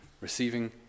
receiving